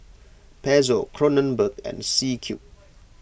Pezzo Kronenbourg and C Cube